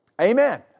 Amen